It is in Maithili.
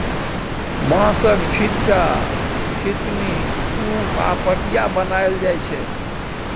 बाँसक, छीट्टा, छितनी, सुप आ पटिया बनाएल जाइ छै